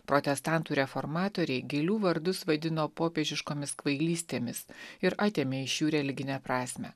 protestantų reformatoriai gėlių vardus vadino popiežiškomis kvailystėmis ir atėmė iš jų religinę prasmę